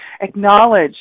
Acknowledge